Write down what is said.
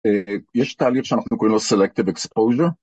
יש תהליך שאנחנו קוראים לו Selective Exposure.